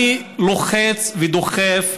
אני לוחץ ודוחף